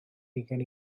hugain